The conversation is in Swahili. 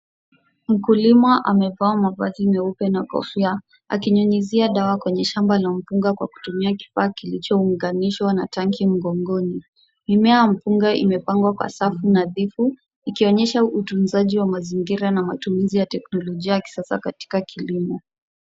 Mkulima amevaa mavazi meupe na kofia, akinyunyizia dawa kwenye shamba la mpunga kwa kutumia kifaa kilichounganishwa na tanki mgongoni. Mimea ya mpunga imepangwa kwa safu nadhifu, ikionyesha utunzaji wa mazingira na matumizi ya teknolojia ya kisasa katika kilimo.